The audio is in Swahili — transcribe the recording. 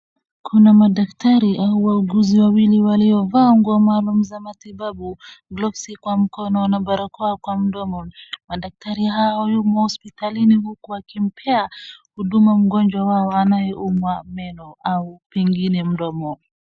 Kuna madaktari au wauguzi wawili waliovaa nguo maalum za matibabu, gloves kwa mkono na barakoa kwa mdomo. Madaktari hao yumo hospitalini uku wakimpea huduma mgonjwa wao anayeumwa meno au pengine mdomo.